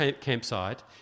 campsite